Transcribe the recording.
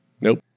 nope